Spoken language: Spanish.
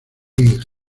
big